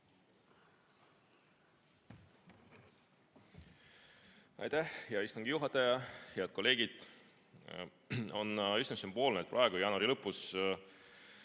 Aitäh, hea istungi juhataja! Head kolleegid! On üsna sümboolne, et praegu, jaanuari lõpus,